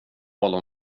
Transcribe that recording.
hålla